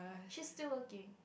she's still working